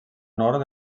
nord